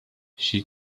she